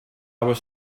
was